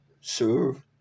Serve